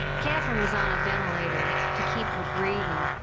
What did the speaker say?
katherine was on a ventilator to keep her breathing,